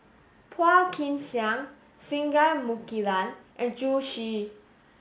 Phua Kin Siang Singai Mukilan and Zhu Xu